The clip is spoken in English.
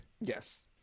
Yes